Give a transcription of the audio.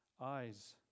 eyes